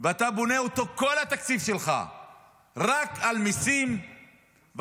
ואתה בונה את כל התקציב שלך רק על המיסים ועל